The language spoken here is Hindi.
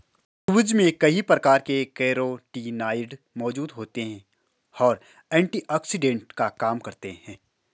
खरबूज में कई प्रकार के कैरोटीनॉयड मौजूद होते और एंटीऑक्सिडेंट का काम करते हैं